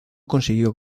consiguió